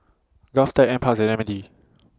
Govtech NParks and M N D